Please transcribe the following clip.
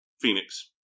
phoenix